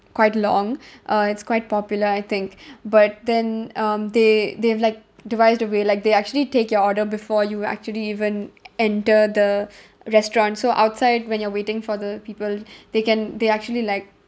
quite long uh it's quite popular I think but then um they they have like devised a way like they actually take your order before you actually even enter the restaurant so outside when you're waiting for the people they can they actually like